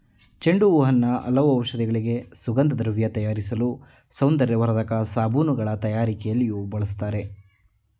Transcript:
ಚೆಂಡು ಹೂವನ್ನು ಹಲವು ಔಷಧಿಗಳಿಗೆ, ಸುಗಂಧದ್ರವ್ಯ ತಯಾರಿಸಲು, ಸೌಂದರ್ಯವರ್ಧಕ ಸಾಬೂನುಗಳ ತಯಾರಿಕೆಯಲ್ಲಿಯೂ ಬಳ್ಸತ್ತರೆ